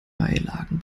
beilagen